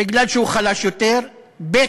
בגלל שהוא חלש יותר, ב.